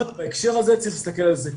בהקשר הזה צריך להסתכל על זה כך.